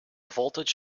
voltage